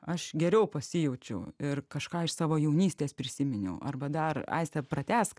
aš geriau pasijaučiau ir kažką iš savo jaunystės prisiminiau arba dar aiste pratęsk